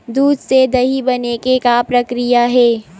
दूध से दही बने के का प्रक्रिया हे?